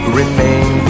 remain